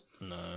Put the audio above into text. No